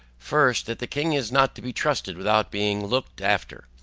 first. that the king is not to be trusted without being looked after,